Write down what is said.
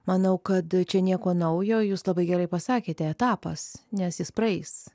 manau kad čia nieko naujo jūs labai gerai pasakėte etapas nes jis praeis